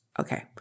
Okay